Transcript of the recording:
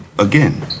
Again